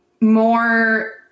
more